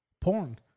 Porn